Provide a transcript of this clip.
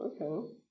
Okay